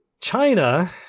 China